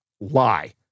lie